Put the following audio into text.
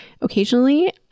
Occasionally